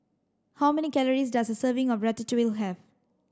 how many calories does a serving of Ratatouille have